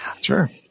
Sure